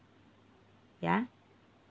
ya